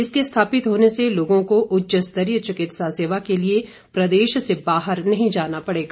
इसके स्थापित होने से लोगों को उच्च स्तरीय चिकित्सा सेवा के लिए प्रदेश से बाहर नहीं जाना पड़ेगा